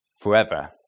forever